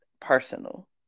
personal